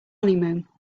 honeymoon